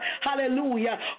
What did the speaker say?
hallelujah